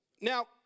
Now